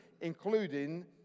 including